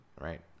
right